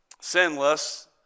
sinless